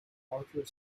outer